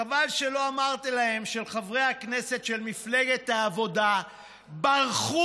חבל שלא אמרתם להם שחברי הכנסת של מפלגת העבודה ברחו